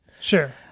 Sure